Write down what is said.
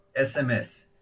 SMS